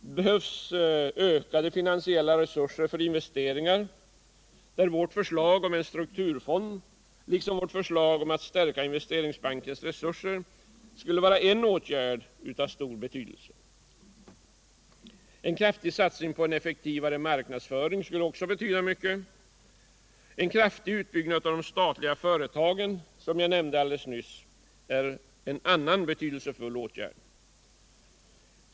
Det behövs ökade finansiella resurser för investeringar, där vårt förslag om en strukturfond liksom vårt förslag om stärkande av Investeringsbankens resurser visar på åtgärder av stor betydelse. En ökad satsning på en effektivare marknadsföring skulle betyda mycket. En kraftig utbyggnad av de statliga företagen är, som jag nyss nämnde, en annan betydelsefull åtgärd.